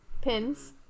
pins